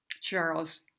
Charles